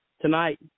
Tonight